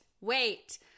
wait